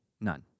None